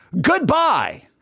goodbye